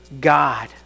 God